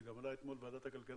זה גם עלה אתמול בוועדת הכלכלה,